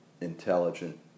intelligent